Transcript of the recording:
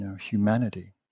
humanity